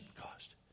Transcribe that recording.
cost